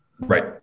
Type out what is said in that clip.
Right